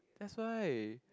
that's why